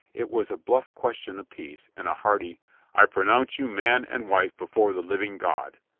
it was a bluff question apiece and a hearty i pro nounce you man and wife before the living god!